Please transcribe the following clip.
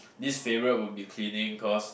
least favourite would be cleaning cause